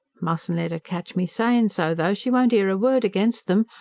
mustn't let er catch me sayin so, though she won't ear a word against em,